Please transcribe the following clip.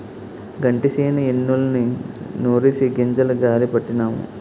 గంటిసేను ఎన్నుల్ని నూరిసి గింజలు గాలీ పట్టినాము